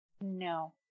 No